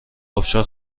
ابشار